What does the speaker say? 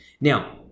Now